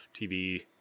TV